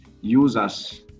users